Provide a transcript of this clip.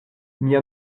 mia